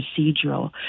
procedural